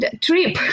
trip